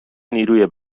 نیروی